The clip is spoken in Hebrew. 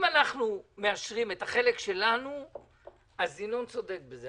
אם אנחנו מאשרים את החלק שלנו אז ינון צודק בזה.